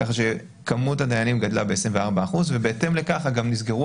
כמות הדיינים גדלה ב-24% ובהתאם לכך גם נסגרו